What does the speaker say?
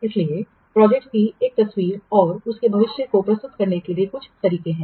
इसलिए प्रोजेक्ट्स की एक तस्वीर और इसके भविष्य को प्रस्तुत करने के लिए कुछ तरीके हैं